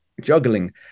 Juggling